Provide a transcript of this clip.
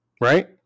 right